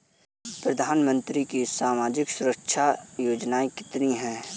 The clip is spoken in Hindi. प्रधानमंत्री की सामाजिक सुरक्षा योजनाएँ कितनी हैं?